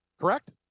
Correct